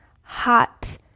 hot